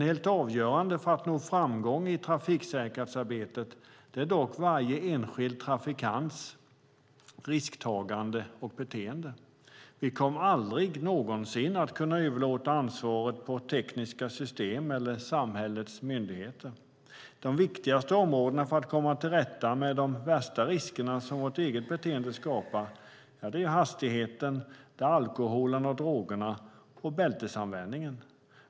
Helt avgörande för att nå framgång i trafiksäkerhetsarbetet är dock varje enskild trafikants beteende och minskade risktagande. Vi kommer aldrig någonsin att kunna överlåta ansvaret på tekniska system eller samhällets myndigheter. Det viktigaste för att komma till rätta med de värsta riskerna som vårt eget beteende skapar är hastigheten, alkoholen, drogerna och bältesanvändningen.